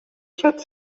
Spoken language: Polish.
przed